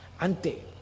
Ante